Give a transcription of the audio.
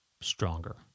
stronger